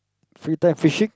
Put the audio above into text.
free time fishing